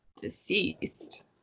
deceased